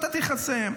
נתתי לך לסיים.